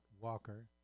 Walker